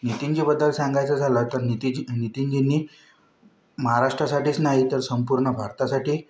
नितीनजीबद्दल सांगायचं झालं तर नितीजी नितीनजींनी महाराष्ट्रासाठीच नाही तर संपूर्ण भारतासाठी